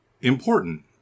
important